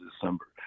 December